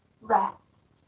rest